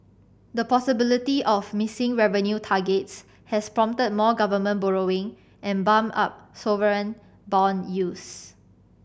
the possibility of missing revenue targets has prompted more government borrowing and bumped up sovereign bond yields